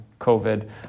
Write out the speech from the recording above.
COVID